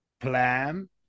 plan